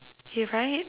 if I h~